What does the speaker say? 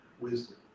wisdom